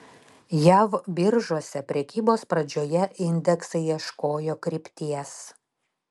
jav biržose prekybos pradžioje indeksai ieškojo krypties